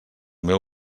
meu